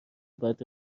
بعد